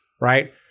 right